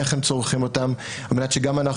איך הם צורכים אותם על מנת שגם אנחנו